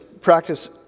practice